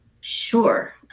Sure